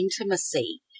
intimacy